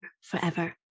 forever